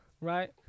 Right